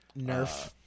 Nerf